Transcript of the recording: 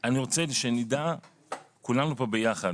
אני רוצה שנדע כולנו פה ביחד,